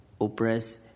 oppress